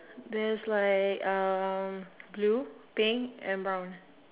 there's like um blue pink and brown